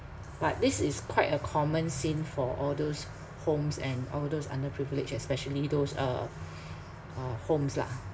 but this is quite a common scene for all those homes and all those underprivileged especially those uh uh homes lah